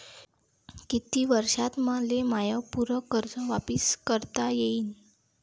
कितीक वर्षात मले माय पूर कर्ज वापिस करता येईन?